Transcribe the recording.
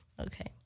Okay